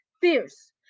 fierce